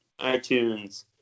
iTunes